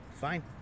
Fine